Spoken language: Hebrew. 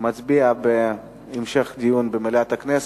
מצביע בעד המשך דיון במליאת הכנסת.